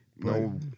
No